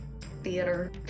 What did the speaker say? theater